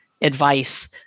advice